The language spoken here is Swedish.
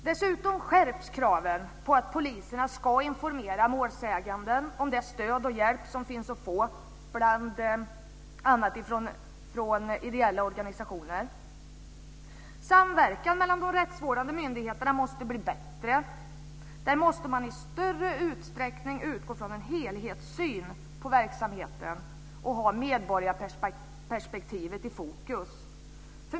Dessutom skärps kraven på att poliserna ska informera målsägande om det stöd och den hjälp som finns att få, bl.a. från ideella organisationer. Samverkan mellan de rättsvårdande myndigheterna måste bli bättre. Där måste man i större utsträckning utgå från en helhetssyn på verksamheten och ha medborgarperspektivet i fokus.